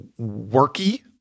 worky